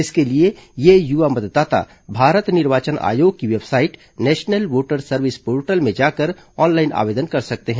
इसके लिए ये युवा मतदाता भारत निर्वाचन आयोग की website national voter service portal में जाकर ऑनलाइन आवेदन कर सकते हैं